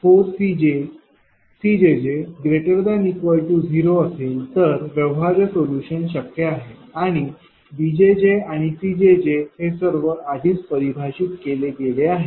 जर b2jj 4cjj≥ 0 असेल तर व्यवहार्य सोल्युशन शक्य आहे आणि b आणि c हे सर्व आधीच परिभाषित केले गेले आहे